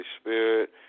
Spirit